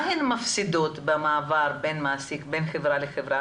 מה הן מפסידות במעבר בין חברה לחברה?